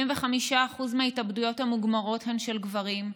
75% מההתאבדויות המוגמרות הן של גברים,